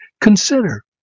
consider